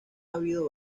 habido